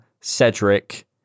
Cedric